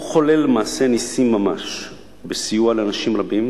הוא חולל למעשה נסים ממש בסיוע לאנשים רבים,